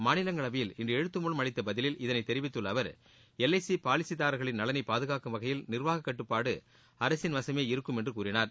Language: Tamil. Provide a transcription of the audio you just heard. மாநிலங்களவையில் இன்று எழுத்து மூலம் அளித்த பதிலில் இதனை தெரிவித்துள்ள அவர் எல் ஐ சி பாலிசிதாரர்களின் நலனை பாதுகாக்கும் வகையில் நிர்வாக கட்டுப்பாடு அரசின் வசமே இருக்கும் என்று கூறினார்